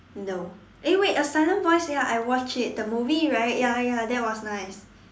no eh wait a Silent Voice ya I watched it the movie right ya ya that was nice